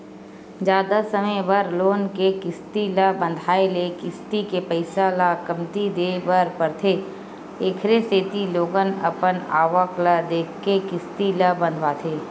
जादा समे बर लोन के किस्ती ल बंधाए ले किस्ती के पइसा ल कमती देय बर परथे एखरे सेती लोगन अपन आवक ल देखके किस्ती ल बंधवाथे